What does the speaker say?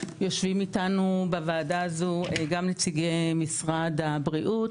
יושבים איתנו בוועדה הזו גם נציגי משרד הבריאות,